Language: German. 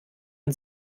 und